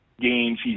games